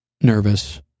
nervous